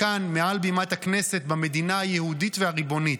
מכאן, מעל בימת הכנסת במדינה היהודית והריבונית,